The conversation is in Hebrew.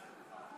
פריג'.